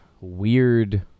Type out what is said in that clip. weird